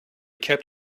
kept